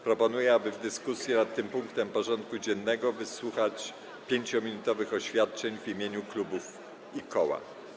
Proponuję, aby w dyskusji nad tym punktem porządku dziennego Sejm wysłuchał 5-minutowych oświadczeń w imieniu klubów i koła.